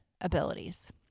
abilities